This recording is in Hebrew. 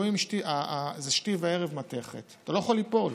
זה מתכת שתי וערב ואתה לא יכול ליפול.